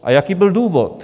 A jaký byl důvod?